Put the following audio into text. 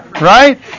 right